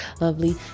lovely